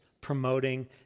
promoting